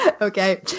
Okay